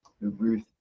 ruth